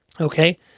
okay